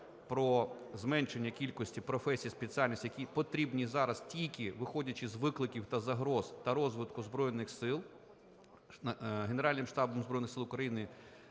про зменшення кількості професій, спеціальностей, які потрібні зараз, тільки виходячи з викликів за загроз та розвитку Збройних Сил. Генеральним штабом Збройних Сил України